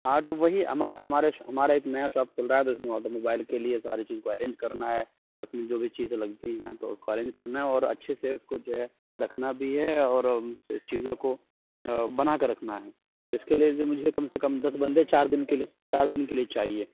ہاں تو وہی ہمارا ہمارے ہمارا ایک نیا شاپ کھل رہا ہے تو اُس میں آٹو موبائل کے لیے ساری چیز کو ارینج کرنا ہے اُس میں جو بھی چیزیں لگتی ہیں تو اُس کو ارینج کرنا ہے اور اچھے سے اُس کو جو ہے رکھنا بھی ہے اور اُن سے چیزوں کو بنا کے رکھنا ہے اِس کے لیے جو مجھے کم سے کم دس بندے چار دِن کے لیے چار دِن کے لیے چاہیے